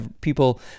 people